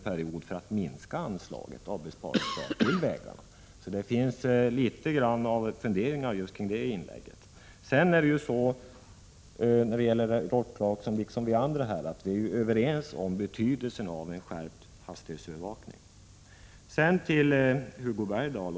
Man kan alltså bli litet fundersam inför Rolf Clarksons inlägg. Både Rolf Clarkson och vi andra är dock överens om betydelsen av en skärpt hastighetsövervakning. Jag vill också vända mig till Hugo Bergdahl.